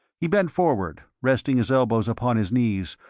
he bent forward, resting his elbows upon his knees,